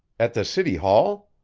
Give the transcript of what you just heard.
at the city hall?